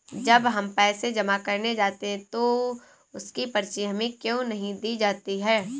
जब हम पैसे जमा करने जाते हैं तो उसकी पर्ची हमें क्यो नहीं दी जाती है?